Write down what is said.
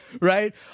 Right